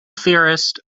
theorist